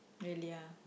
really ah